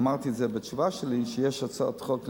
אמרתי את זה בתשובה שלי, שיש הצעות חוק למיניהן.